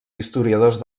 historiadors